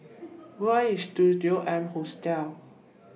Where IS Studio M Hostel